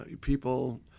people